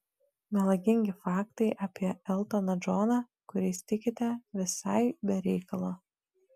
melagingi faktai apie eltoną džoną kuriais tikite visai be reikalo